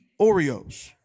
Oreos